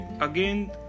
again